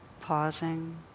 pausing